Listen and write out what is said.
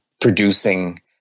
producing